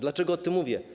Dlaczego o tym mówię?